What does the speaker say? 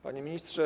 Panie Ministrze!